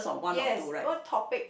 yes what topic